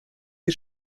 die